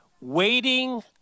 waiting